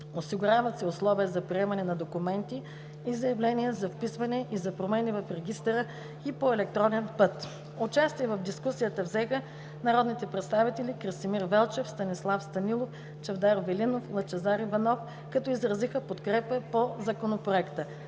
Осигуряват се условия за приемане на документи и заявления за вписване и за промени в регистъра и по електронен път. Участие в дискусията взеха народните представители Красимир Велчев, Станислав Станилов, Чавдар Велинов и Лъчезар Иванов, като изразиха подкрепа по Законопроекта.